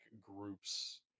groups